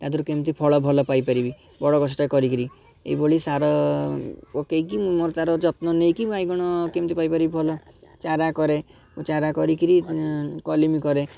ତା' ଦେହରୁ କେମିତି ଫଳ ଭଲ ପାଇପାରିବି ବଡ଼ ଗଛଟେ କରିକିରି ଏହିଭଳି ସାର ପକେଇକି ମୁଁ ମୋର ତା'ର ଯତ୍ନ ନେଇକି ବାଇଗଣ କେମିତି ପାଇପାରିବି ଭଲ ଚାରା କରେ ମୁଁ ଚାରା କରିକିରି କଲିମି କରେ